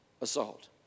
assault